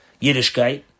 Yiddishkeit